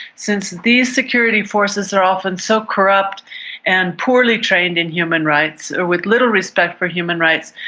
since these security forces are often so corrupt and poorly trained in human rights or with little respect for human rights,